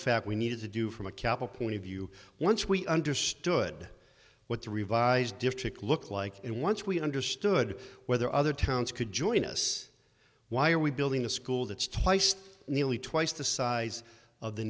fact we needed to do from a cap a point of view once we understood what the revised district looked like and once we understood whether other towns could join us why are we building a school that's twice nearly twice the size of the